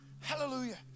Hallelujah